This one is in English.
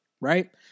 right